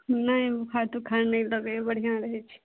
नहि बोखार तोखार नहि लगइए बढ़िआँ रहय छी